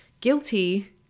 guilty